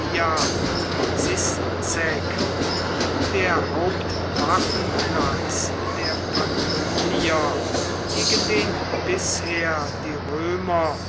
der hauptwaffenplatz der pannonier gegen den bisher die römer